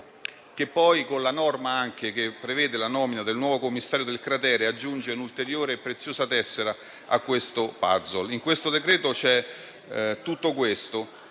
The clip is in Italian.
Inoltre, con la norma che prevede la nomina del nuovo commissario del cratere si aggiunge un'ulteriore e preziosa tessera al *puzzle*. In questo decreto-legge c'è tutto questo.